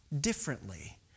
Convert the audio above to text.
differently